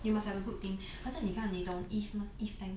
you must have a good team 好像你看你懂 eve 吗